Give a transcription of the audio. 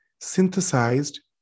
synthesized